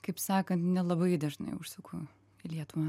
kaip sakant nelabai dažnai užsuku į lietuvą